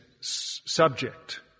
subject